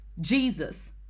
Jesus